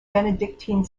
benedictine